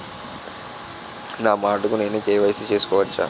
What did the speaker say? నా మటుకు నేనే కే.వై.సీ చేసుకోవచ్చా?